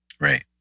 Right